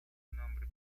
nombre